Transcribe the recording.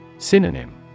Synonym